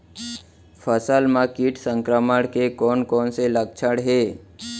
फसल म किट संक्रमण के कोन कोन से लक्षण हे?